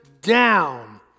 down